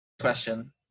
Question